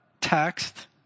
text